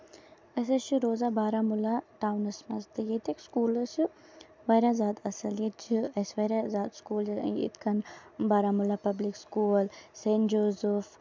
أسۍ حظ چھِ روزان بارہمولہ ٹاونَس منٛز تہٕ ییٚتِکۍ سکوٗلٕز چھِ واریاہ زیادٕ اَصٕل ییٚتہِ چھِ اَسہِ واریاہ زیادٕ سکوٗل یِتھۍ کٔنۍ Baramulla public school Saint Joseph